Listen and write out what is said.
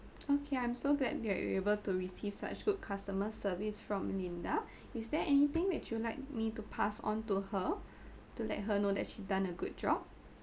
okay I'm so glad that we able to receive such good customer service from linda is there anything that you like me to pass on to her to let her know that she done a good job